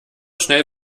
schnell